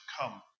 come